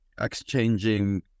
exchanging